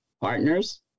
partners